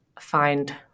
find